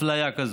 אפליה כזאת.